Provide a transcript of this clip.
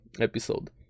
episode